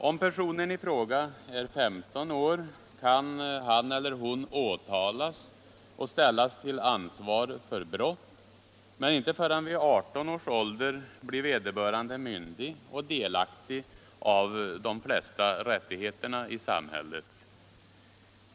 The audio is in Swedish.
Om personen i fråga är 15 år kan han eller hon åtalas och ställas till ansvar för brott, men inte förrän vid 18 års ålder blir vederbörande myndig och delaktig av de flesta rättigheterna i samhället.